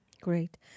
Great